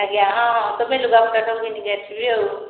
ଆଜ୍ଞା ହଁ ତୋ ପାଇଁ ଲୁଗାପଟା ସବୁ ଘିନିକି ଆସିବି ଆଉ